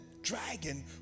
dragon